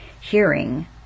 hearing